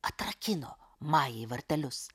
atrakino majai vartelius